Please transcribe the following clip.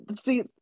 see